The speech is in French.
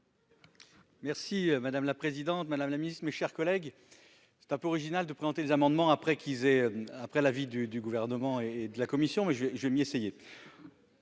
Merci madame la présidente, Madame la Ministre, mes chers collègues, c'est un peu original de présenter des amendements après qu'il ait après la vie du du gouvernement et de la Commission, mais je, je m'y essayer.